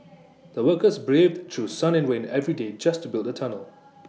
the workers braved through sun and rain every day just to build the tunnel